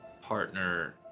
partner